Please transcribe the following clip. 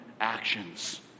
actions